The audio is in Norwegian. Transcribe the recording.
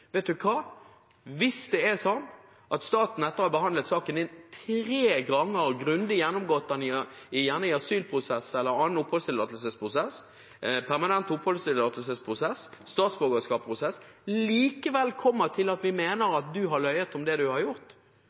hvis staten, etter å ha behandlet saken tre ganger, grundig gjennomgått den i asylprosess eller i annen oppholdstillatelsesprosess, i permanent oppholdstillatelsesprosess eller i statsborgerskapsprosess, likevel kommer til å mene en har løyet om det en har gjort,